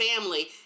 family